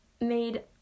made